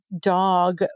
Dog